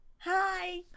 Hi